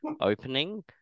opening